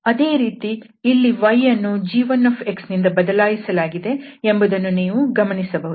ಅದೇ ರೀತಿ ಇಲ್ಲಿ y ಯನ್ನು g1ನಿಂದ ಬದಲಾಯಿಸಲಾಗಿದೆ ಎಂಬುದನ್ನು ನೀವು ಗಮನಿಸಬಹುದು